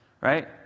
Right